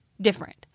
different